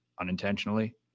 unintentionally